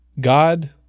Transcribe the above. God